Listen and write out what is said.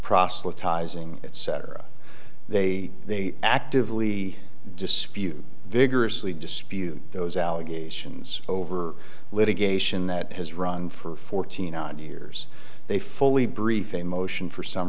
proselytizing etc they they actively dispute vigorously dispute those allegations over litigation that has run for fourteen years they fully briefing a motion for